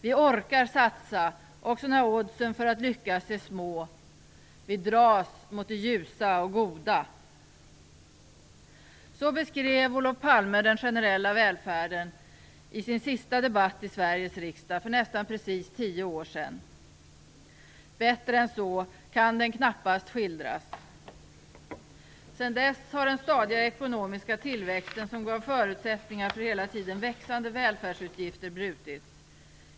Vi orkar satsa, också när oddsen för att lyckas är små. Vi dras mot det ljusa och goda. Så beskrev Olof Palme den generella välfärden i sin sista debatt i Sveriges riksdag för nästan precis tio år sedan. Bättre än så kan den knappast skildras. Sedan dess har den stadiga ekonomiska tillväxten, som gav förutsättningar för hela tiden växande välfärdsutgifter brutits.